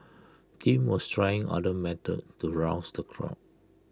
Tim was trying other methods to rouse the crowd